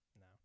No